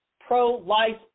pro-life